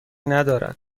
ندارد